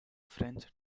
french